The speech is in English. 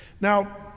Now